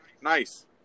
nice